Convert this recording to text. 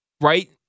Right